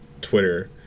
Twitter